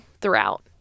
throughout